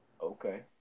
Okay